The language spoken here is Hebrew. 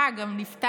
מה, גם נפתח?